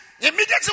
immediately